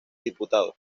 diputado